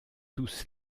tous